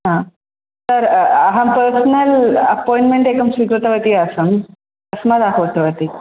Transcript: sir अहं personal appointment एकं स्वीकृतवती आसम् अस्मात् अहूतवती